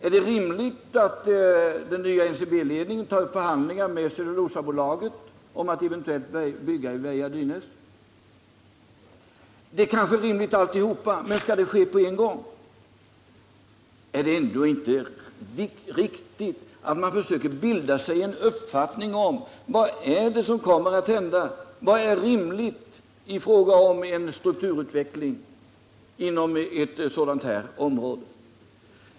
Är det rimligt att den nya NCB-ledningen tar upp förhandlingar med Cellulosabolaget om att eventuellt bygga i Väja-Dynäs? Det är kanske rimligt alltihop, men skall det ske på en gång? Är det ändå inte riktigt att man försöker bilda sig en uppfattning om vad som kommer att hända, om vad som är rimligt i fråga om en strukturutveckling inom ett sådant här område?